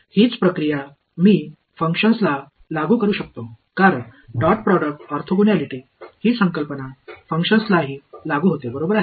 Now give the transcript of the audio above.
हीच प्रक्रिया मी फंक्शन्सला लागू करु शकतो कारण डॉट प्रॉडक्ट ऑर्थोगोनॅलिटी ही संकल्पना फंक्शन्सलाही लागू होते बरोबर आहे